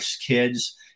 kids